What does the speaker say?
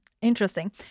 interesting